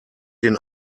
den